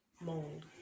mold